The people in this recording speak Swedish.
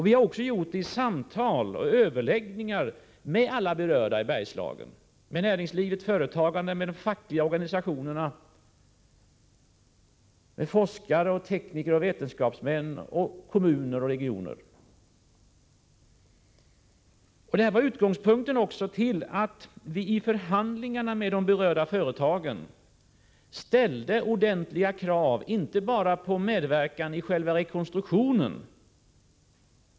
Vi har också gjort det i samtal och överläggningar med alla berörda i Bergslagen — näringslivet, företagarna, de fackliga organisationerna, forskare, tekniker och vetenskapsmän samt kommuner och regioner. Det var också utgångspunkten för att vi i förhandlingar med berörda företag ställde ordentliga krav på inte bara medverkan vid själva rekonstruktionen.